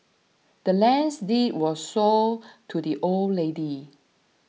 the land's deed was sold to the old lady